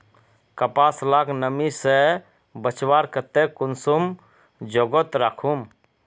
कपास लाक नमी से बचवार केते कुंसम जोगोत राखुम?